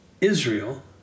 Israel